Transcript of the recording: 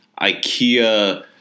IKEA